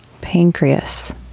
pancreas